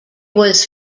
was